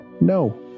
no